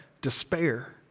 despair